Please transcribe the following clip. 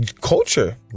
culture